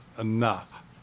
enough